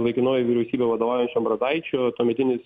laikinoji vyriausybė vadovaujančio ambrazaičio tuometinis